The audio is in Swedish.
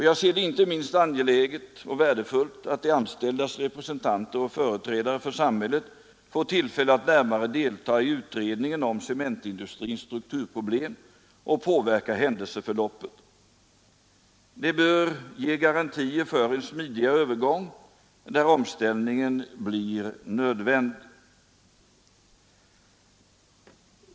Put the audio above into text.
Jag ser det som inte minst angeläget och värdefullt att de anställdas representanter och företrädare för samhället får tillfälle att närmare delta i utredningen om cementindustrins strukturproblem och påverka händelseförloppet. Det bör ge garantier för en smidigare övergång när omställningen blir nödvändig.